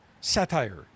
satire